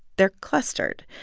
they're clustered.